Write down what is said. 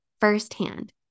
firsthand